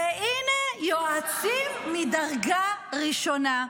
והינה, יועצים מדרגה ראשונה,